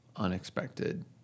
unexpected